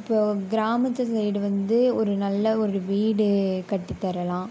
இப்போது கிராமத்து சைடு வந்து ஒரு நல்ல ஒரு வீடு கட்டி தரலாம்